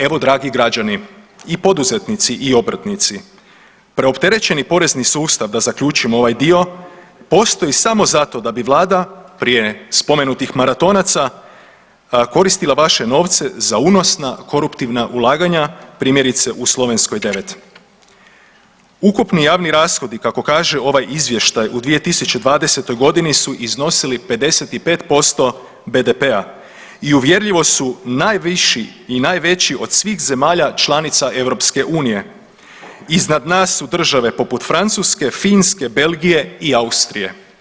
Evo dragi građani i poduzetnici i obrtnici preopterećeni porezni sustav, da zaključim ovaj dio postoji samo zato da bi vlada prije spomenutih maratonaca koristila vaše novce za unosna koruptivna ulaganja primjerice u Slovenskoj 9. Ukupni javni rashodi kako kaže ovaj izvještaj u 2020. godini su iznosili 55% BDP-a i uvjerljivo su najviši i najveći od svih zemalja članica EU, iznad nas su države poput Francuske, Finske, Belgije i Austrije.